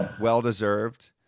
Well-deserved